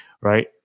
right